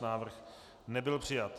Návrh nebyl přijat.